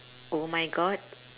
oh my god